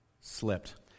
slipped